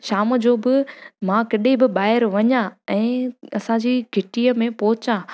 शाम जो बि मां किथे बि ॿाहिरि वञां ऐं असांजी घिटीअ में पहुचा